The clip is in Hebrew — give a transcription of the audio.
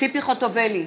ציפי חוטובלי,